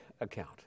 account